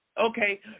Okay